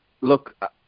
look